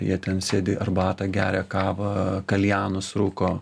jie ten sėdi arbatą geria kavą kaljanus rūko